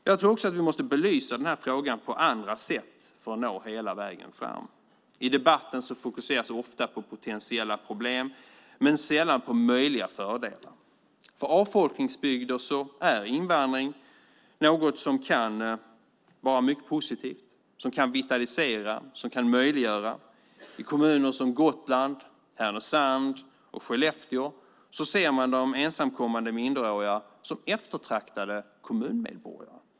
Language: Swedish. Jag tror också att vi måste belysa den här frågan på andra sätt för att nå hela vägen fram. I debatten fokuseras det ofta på potentiella problem men sällan på möjliga fördelar. För avfolkningsbygder är invandring något som kan vara mycket positivt, som kan vitalisera och som kan skapa möjligheter. I kommuner som Gotland, Härnösand och Skellefteå ser man de ensamkommande minderåriga som eftertraktade kommunmedborgare.